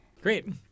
Great